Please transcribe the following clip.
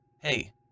Hey